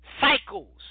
cycles